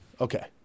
Okay